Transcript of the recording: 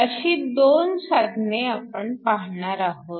अशी २ साधने आपण पाहणार आहोत